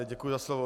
Děkuji za slovo.